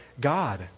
God